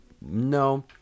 no